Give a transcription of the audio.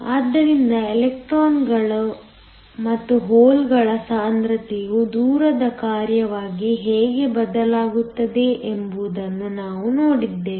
ಆದ್ದರಿಂದ ಎಲೆಕ್ಟ್ರಾನ್ಗಳು ಮತ್ತು ಹೋಲ್ಗಳ ಸಾಂದ್ರತೆಯು ದೂರದ ಕಾರ್ಯವಾಗಿ ಹೇಗೆ ಬದಲಾಗುತ್ತದೆ ಎಂಬುದನ್ನು ನಾವು ನೋಡಿದ್ದೇವೆ